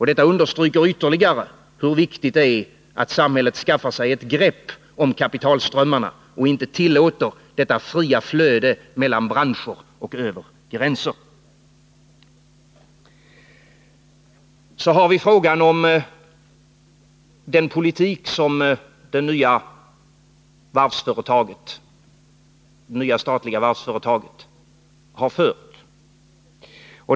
Detta understryker ytterligare hur viktigt det är att samhället skaffar sig ett grepp om kapitalströmmarna och inte tillåter detta fria flöde mellan branscher och över gränser. Sedan har vi frågan om den politik som det nya statliga varvsföretaget har fört.